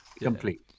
Complete